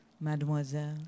Mademoiselle